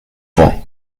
vor